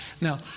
Now